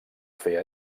fer